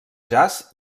jazz